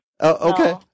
Okay